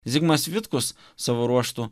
zigmas vitkus savo ruožtu